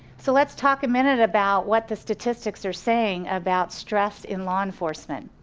so let's talk a minute about what the statistics are saying about stress in law enforcement.